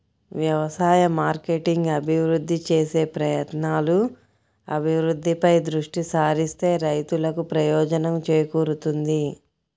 వ్యవసాయ మార్కెటింగ్ అభివృద్ధి చేసే ప్రయత్నాలు, అభివృద్ధిపై దృష్టి సారిస్తే రైతులకు ప్రయోజనం చేకూరుతుంది